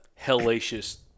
Hellacious